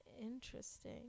Interesting